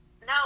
No